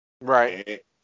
Right